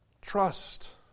Trust